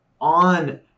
on